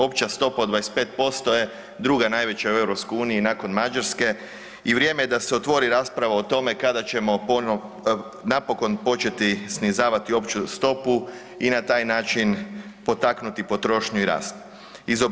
Opća stopa od 25% je druga najveća u EU nakon Mađarske, i vrijeme je da se otvori rasprava o tome kada ćemo napokon početi snižavati opću stopu i na taj način potaknuti potrošnju i rast.